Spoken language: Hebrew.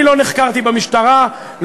אני לא נחקרתי במשטרה,